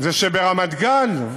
זה שברמת-גן,